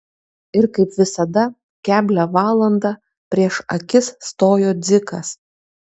ir kaip visada keblią valandą prieš akis stojo dzikas